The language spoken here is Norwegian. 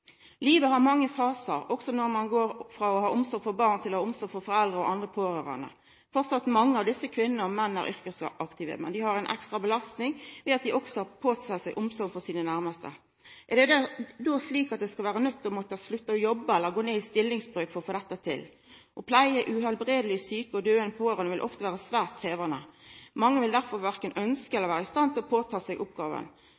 Livet har mange fasar, også når ein går frå å ha omsorg for barn til å ha omsorg for foreldre og andre pårørande. Framleis er mange av desse – kvinner og menn – yrkesaktive, men dei har ei ekstra belasting ved at dei også har teke på seg omsorga for sine nærmaste. Er det då slik at dei skal vera nøydde til å måtta slutta å jobba eller gå ned i stillingsbrøk for å få dette til? Å pleia livstruande sjuke og døyande pårørande vil ofte vera svært krevjande. Mange vil derfor